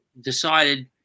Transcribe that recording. decided –